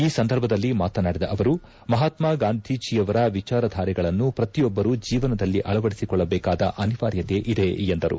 ಈ ಸಂದರ್ಭದಲ್ಲಿ ಮಾತನಾಡಿದ ಅವರು ಮಹಾತ್ಮ ಗಾಂಧೀಜಿವರ ವಿಚಾರ ಧಾರೆಗಳನ್ನು ಪ್ರತಿಯೊಬ್ಬರು ಜೀವನದಲ್ಲಿ ಅಳವಡಿಸಿಕೊಳ್ಳಬೇಕಾದ ಅನಿವಾರ್ಯತೆ ಇದೆ ಎಂದರು